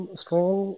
strong